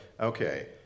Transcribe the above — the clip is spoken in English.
okay